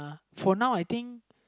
for now I think